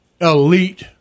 elite